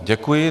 Děkuji.